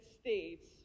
States